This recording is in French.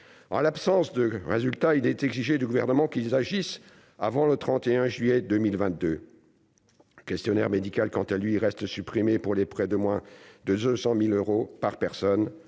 en l'absence de résultats il est exigé du gouvernement qu'ils agissent avant le 31 juillet 2022 questionnaire médical, quant à lui, reste supprimée pour les prêts de moins de 200000 euros par personne,